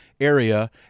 area